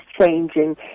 changing